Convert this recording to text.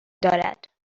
دارد